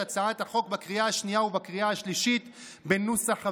הצעת החוק בקריאה השנייה ובקריאה השלישית בנוסח הוועדה.